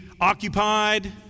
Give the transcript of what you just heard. occupied